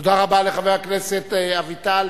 תודה רבה לחבר הכנסת אביטל.